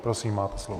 Prosím, máte slovo.